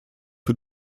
für